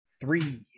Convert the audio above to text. Three